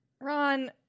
Ron